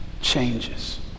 changes